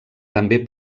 també